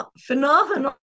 phenomenal